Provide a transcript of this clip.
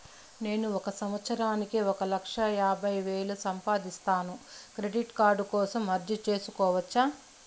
నేను ఒక సంవత్సరానికి ఒక లక్ష యాభై వేలు సంపాదిస్తాను, క్రెడిట్ కార్డు కోసం అర్జీ సేసుకోవచ్చా?